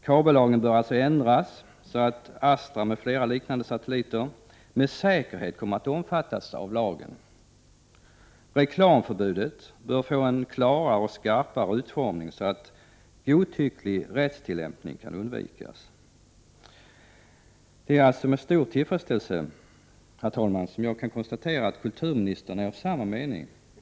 Kabellagen bör således ändras så att Astra och andra liknande satelliter med säkerhet kommer att omfattas av lagen. Reklamförbudet bör få en klarare och skarpare utformning, så att godtycklig rättstillämpning kan undvikas. Herr talman! Det är med stor tillfredsställelse jag kan konstatera att kulturministern är av samma uppfattning.